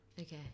Okay